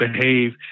behave